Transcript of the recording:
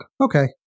Okay